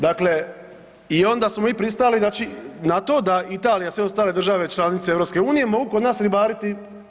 Dakle, i onda smo mi pristali znači na to da Italija i sve ostale države članice EU mogu kod nas ribariti.